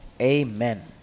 Amen